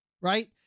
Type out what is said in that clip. right